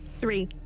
Three